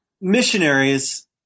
missionaries